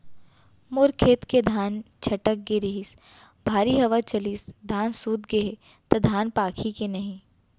मोर खेत के धान छटक गे रहीस, भारी हवा चलिस, धान सूत गे हे, त धान पाकही के नहीं?